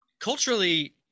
culturally